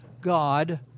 God